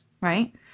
right